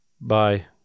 bye